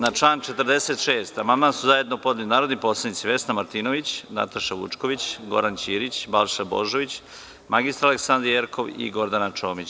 Na član 46. amandman su zajedno podneli narodni poslanici Vesna Martinović, Nataša Vučković, Goran Ćirić, Balša Božović, mr Aleksandra Jerkov i Gordana Čomić.